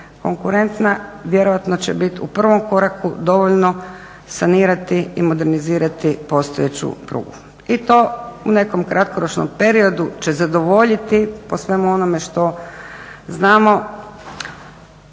konkurentna vjerojatno će biti u prvom koraku dovoljno sanirati i modernizirati postojeću prugu. I to u nekom kratkoročnom periodu će zadovoljiti po svemu onome što znamo